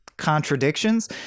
contradictions